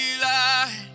light